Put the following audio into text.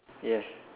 yes